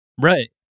right